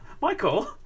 Michael